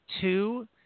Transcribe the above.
two